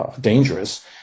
dangerous